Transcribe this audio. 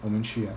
我们去